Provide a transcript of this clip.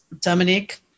Dominique